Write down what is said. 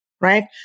right